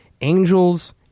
angels